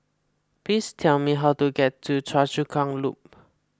please tell me how to get to Choa Chu Kang Loop